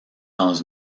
dans